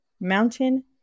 mountain